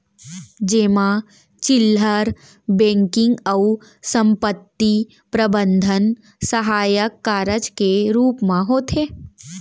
जेमा चिल्लहर बेंकिंग अउ संपत्ति प्रबंधन सहायक कारज के रूप म होथे